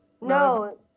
No